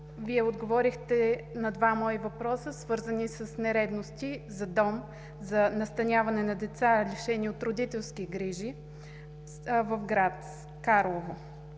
Вие отговорихте на два мои въпроса, свързани с нередности за Дом за настаняване на деца, лишени от родителски грижи в град Карлово.